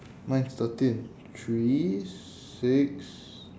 mine's thirteen three six